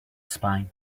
spine